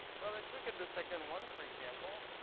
well, let's look at the second one, for example.